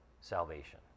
salvation